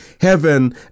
heaven